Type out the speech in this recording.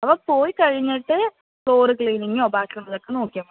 അവൻ പോയി കഴിഞ്ഞിട്ട് ഫ്ലോർ ക്ലീനിങ്ങോ ബാക്കി ഉള്ളതൊക്കെ നോക്കിയാൽ മതി